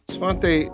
Svante